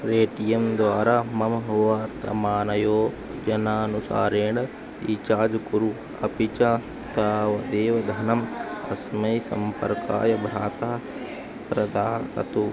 वे टि एम् द्वारा मम वार्तमानयोजनानुसारेण रीचार्ज् कुरु अपि च तावदेव धनम् अस्मै सम्पर्काय भ्राता प्रददातु